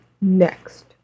next